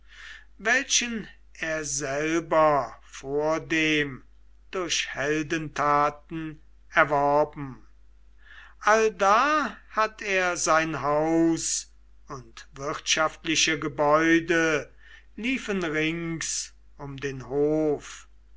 welchen er selber vordem durch heldentaten erworben allda hatt er sein haus und wirtschaftliche gebäude liefen rings um den hof